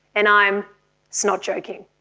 and i'm snot joking.